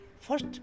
first